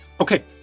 Okay